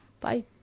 Bye